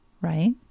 right